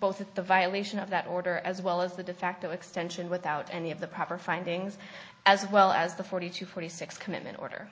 both the violation of that order as well as the de facto extension without any of the proper findings as well as the forty to forty six commitment order